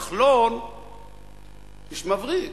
כחלון איש מבריק.